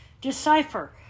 decipher